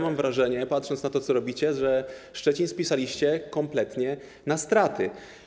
Mam wrażenie, patrząc na to, co robicie, że Szczecin spisaliście kompletnie na straty.